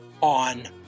on